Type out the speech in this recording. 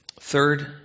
Third